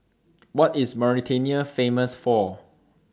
What IS Mauritania Famous For